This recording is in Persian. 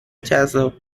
جذاب